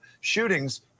shootings